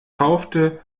kaufte